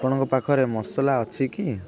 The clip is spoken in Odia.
ଆପଣଙ୍କ ପାଖରେ ମସଲା ଅଛି କି